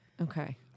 Okay